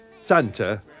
Santa